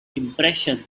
impression